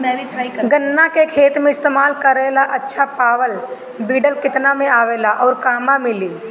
गन्ना के खेत में इस्तेमाल करेला अच्छा पावल वीडर केतना में आवेला अउर कहवा मिली?